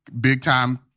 big-time